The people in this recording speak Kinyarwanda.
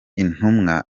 intumwa